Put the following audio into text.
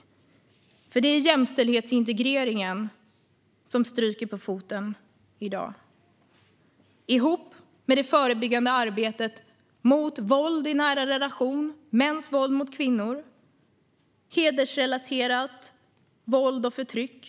Det är nämligen jämställdhetsintegreringen som stryker på foten i dag, ihop med det förebyggande arbetet mot våld i nära relation, mäns våld mot kvinnor samt hedersrelaterat våld och förtryck.